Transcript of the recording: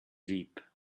deep